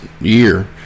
year